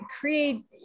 create